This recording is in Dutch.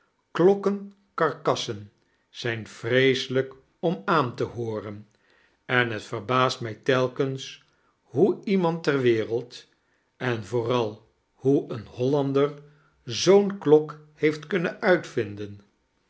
beenige klokkenkarkassen zijn vreeselijk om aan te hooren en het verbaast mij telkens hoe iemand ter wereld en vooral hoe een hollander zoo'nklok heeft kunnen uitvinden